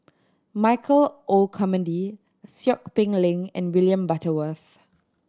Michael Olcomendy Seow Peck Leng and William Butterworth